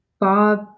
Bob